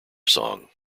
song